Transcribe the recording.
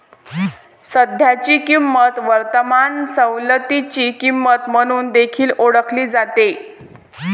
सध्याची किंमत वर्तमान सवलतीची किंमत म्हणून देखील ओळखली जाते